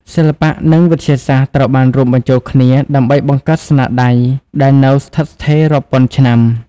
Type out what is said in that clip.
សិល្បៈនិងវិទ្យាសាស្ត្រត្រូវបានរួមបញ្ចូលគ្នាដើម្បីបង្កើតស្នាដៃដែលនៅស្ថិតស្ថេររាប់ពាន់ឆ្នាំ។